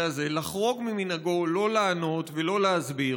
הזה לחרוג ממנהגו לא לענות ולא להסביר,